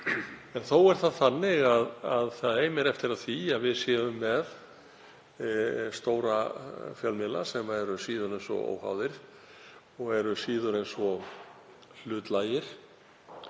en þó er það þannig að það eimir eftir af því að við séum með stóra fjölmiðla sem eru síður en svo óháðir og eru síður en svo hlutlægir.